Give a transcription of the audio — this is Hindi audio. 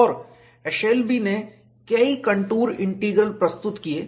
और एशेलबी ने कई कंटूर इंटीग्रल प्रस्तुत किए